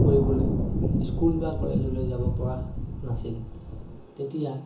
কৰিবলৈ স্কুল বা কলেজলৈ যাব পৰা নাছিল তেতিয়া